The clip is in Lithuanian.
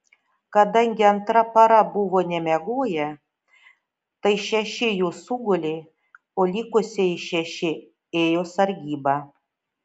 kadangi antra para buvo nemiegoję tai šeši jų sugulė o likusieji šeši ėjo sargybą